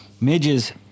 Midges